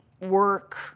work